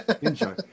Enjoy